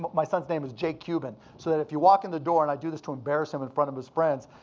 my son's name is jake cuban, so that if you walk in the door, and i do this to embarrass him in front of his friends,